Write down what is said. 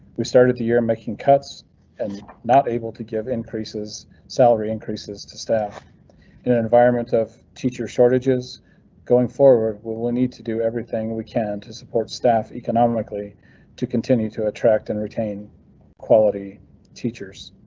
we started the year making cuts and not able to give increases salary increases to staff in an environment of teacher shortages going forward. we will need to do everything we can to support staff economically to continue to attract and retain quality teachers.